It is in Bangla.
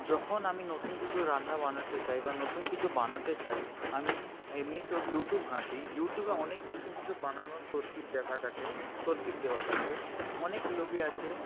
যখন আমি নতুন কিছু রান্না বানাতে চাই বা নতুন কিছু বানাতে চাই আমি এমনিতেও ইউটিউব ঘাঁটি ইউটিউবে অনেক কিছু কিছু বানানোর তরকীব দেখা থাকে তরকীব দেওয়া থাকে অনেক লোকে আছে